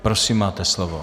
Prosím, máte slovo.